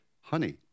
honey